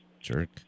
Jerk